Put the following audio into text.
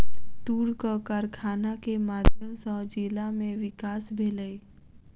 तूरक कारखाना के माध्यम सॅ जिला में विकास भेलै